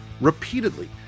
repeatedly